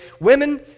women